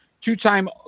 two-time